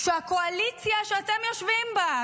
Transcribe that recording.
כשהקואליציה שאתם יושבים בה,